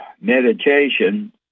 meditation